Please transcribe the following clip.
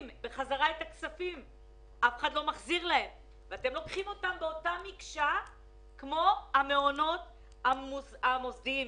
אתם לוקחים אותם באותה מקשה כמו המעונות המוסדיים.